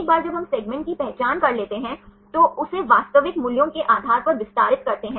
एक बार जब हम सेगमेंट की पहचान कर लेते हैं तो उसे वास्तविक मूल्यों के आधार पर विस्तारित करते हैं